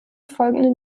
folgenden